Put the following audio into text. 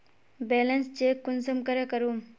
Balance check कुंसम करे करूम?